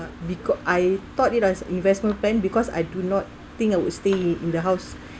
because I thought it as investment plan because I do not think I would stay in the house